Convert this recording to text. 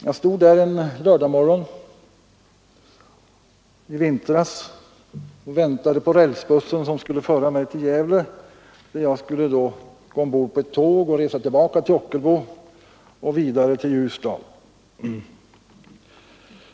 Jag stod där en lördagsmorgon i vintras och väntade på rälsbussen, som skulle föra mig till Gävle där jag skulle gå ombord på ett tåg och resa tillbaka till Ockelbo och vidare till Ljusdal.